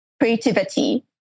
creativity